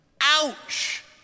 ouch